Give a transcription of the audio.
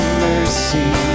mercy